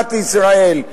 במדינת ישראל,